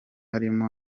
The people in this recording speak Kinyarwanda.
arimo